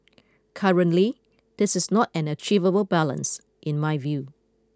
currently this is not an achievable balance in my view